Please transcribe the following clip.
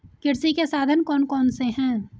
कृषि के साधन कौन कौन से हैं?